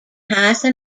hythe